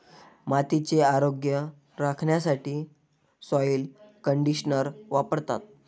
मातीचे आरोग्य राखण्यासाठी सॉइल कंडिशनर वापरतात